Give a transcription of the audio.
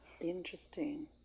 Interesting